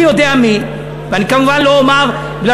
ואני יודע מי ואני כמובן לא אומר בגלל